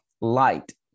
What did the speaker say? Light